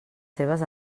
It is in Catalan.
seves